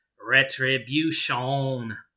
Retribution